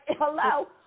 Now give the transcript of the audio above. hello